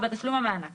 תשלום המענק